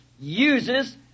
uses